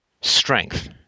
strength